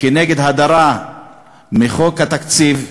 כנגד ההדרה מחוק התקציב,